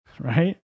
Right